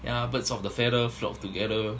yeah birds of the feather flock together